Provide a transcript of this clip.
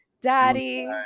daddy